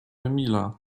emila